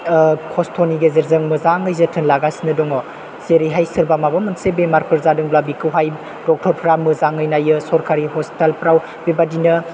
खस्थनि गेजेरजों मोजाङै जोथोन लागासिनो दङ जेरैहाय सोरबा माबा मोनसे बेमारफोर जादोंब्ला बिखौहाय डक्टरफ्रा मोजाङै नायो सरकारि हस्पिटालफ्राव बेबादिनो